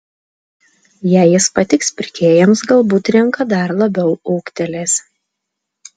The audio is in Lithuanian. jei jis patiks pirkėjams galbūt rinka dar labiau ūgtelės